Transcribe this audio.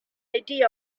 idea